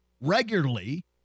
regularly